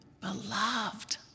Beloved